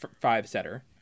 five-setter